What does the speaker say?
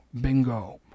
Bingo